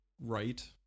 right